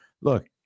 Look